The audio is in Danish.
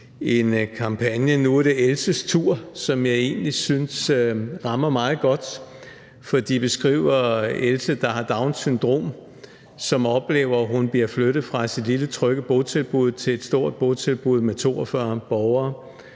en kampagne, »Nu er det Elses tur«, som jeg egentlig synes rammer meget godt. De beskriver Else, der har Downs syndrom, og som oplever at blive flyttet fra sit lille trygge botilbud til et stort botilbud med 42 borgere.